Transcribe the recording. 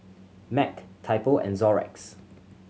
Mac Typo and Xorex